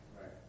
right